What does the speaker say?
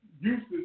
uses